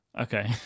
Okay